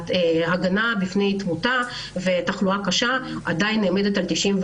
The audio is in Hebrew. ההגנה בפני תמותה ותחלואה קשה עומדת על 94%,